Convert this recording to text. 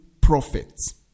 prophets